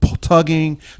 tugging